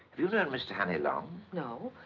mr. honey long? no.